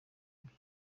bye